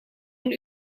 voor